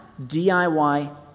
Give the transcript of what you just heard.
DIY